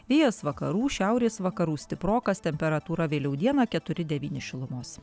vėjas vakarų šiaurės vakarų stiprokas temperatūra vėliau dieną keturi devyni šilumos